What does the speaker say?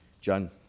john